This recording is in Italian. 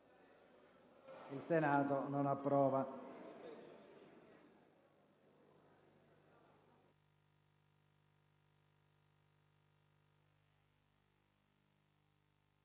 **Il Senato non approva**.